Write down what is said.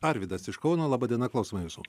arvydas iš kauno laba diena klausome jūsų